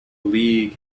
league